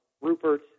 Rupert